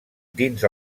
dins